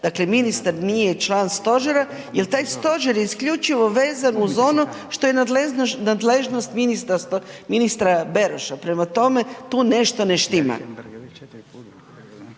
dakle ministar nije član stožera jer taj stožer je isključivo vezan uz ono što je nadležnost ministra Beroša, prema tome tu nešto ne štima.